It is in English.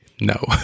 no